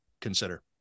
consider